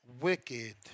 wicked